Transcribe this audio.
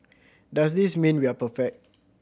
does this mean we are perfect